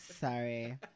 Sorry